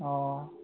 অঁ